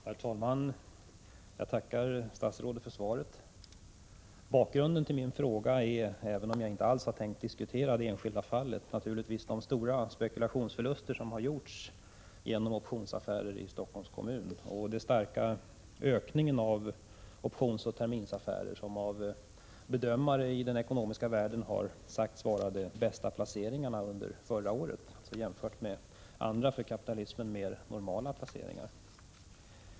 Herr talman! Jag tackar statsrådet för svaret. Bakgrunden till min interpellation är naturligtvis, även om jag inte alls har tänkt att diskutera det enskilda fallet, de stora spekulationsförluster som har gjorts genom optionsaffärer i Stockholms kommun och den starka ökningen av optionsoch terminsaffärer som av bedömare i den ekonomiska världen har sagts vara de bästa placeringarna under förra året, jämförda med andra för kapitalismen mer normala placeringar.